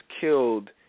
killed